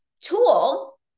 tool